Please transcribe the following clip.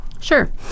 Sure